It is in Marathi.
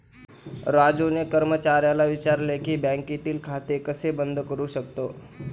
राजूने कर्मचाऱ्याला विचारले की बँकेतील चालू खाते कसे बंद करू शकतो?